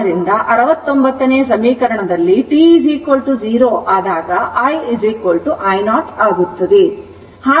ಆದ್ದರಿಂದ 69 ಸಮೀಕರಣದಲ್ಲಿ t 0 ಆದಾಗ i I0 ಆಗುತ್ತದೆ